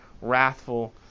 wrathful